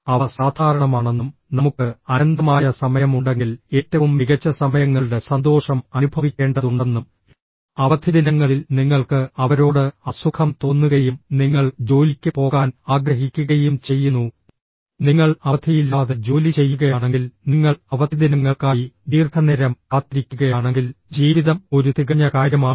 അവ സാധാരണമാണെന്നും നമുക്ക് അനന്തമായ സമയമുണ്ടെങ്കിൽ ഏറ്റവും മികച്ച സമയങ്ങളുടെ സന്തോഷം അനുഭവിക്കേണ്ടതുണ്ടെന്നും അവധിദിനങ്ങളിൽ നിങ്ങൾക്ക് അവരോട് അസുഖം തോന്നുകയും നിങ്ങൾ ജോലിക്ക് പോകാൻ ആഗ്രഹിക്കുകയും ചെയ്യുന്നു നിങ്ങൾ അവധിയില്ലാതെ ജോലി ചെയ്യുകയാണെങ്കിൽ നിങ്ങൾ അവധിദിനങ്ങൾക്കായി ദീർഘനേരം കാത്തിരിക്കുകയാണെങ്കിൽ ജീവിതം ഒരു തികഞ്ഞ കാര്യമാണ്